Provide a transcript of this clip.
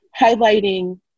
highlighting